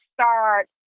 start